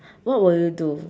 what will you do